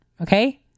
Okay